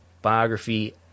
Biography